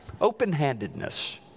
open-handedness